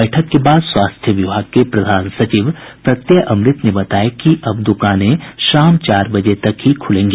बैठक के बाद स्वास्थ्य विभाग के प्रधान सचिव प्रत्यय अमृत ने बताया कि अब द्वकानें शाम चार बजे तक ही खुलेंगी